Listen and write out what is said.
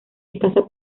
escasa